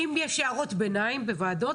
אם יש הערות ביניים בוועדות,